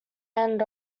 end